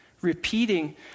repeating